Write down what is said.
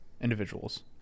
individuals